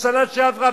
לשנה שעברה,